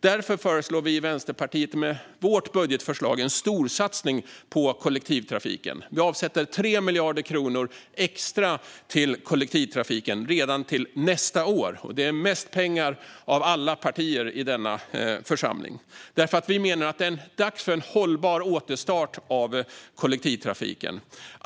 Därför föreslår vi i Vänsterpartiet i vårt budgetförslag en storsatsning på kollektivtrafiken. Vi avsätter 3 miljarder kronor extra till kollektivtrafiken redan till nästa år, och det är mest pengar av alla partier i denna församling. Vi menar att det är dags för en hållbar återstart av kollektivtrafiken.